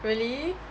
really